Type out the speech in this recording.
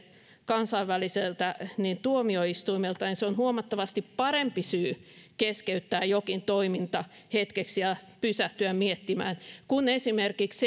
kansainväliseltä tuomioistuimelta on huomattavasti parempi syy keskeyttää jokin toiminta hetkeksi ja pysähtyä miettimään kuin esimerkiksi